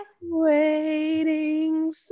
waiting